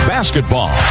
Basketball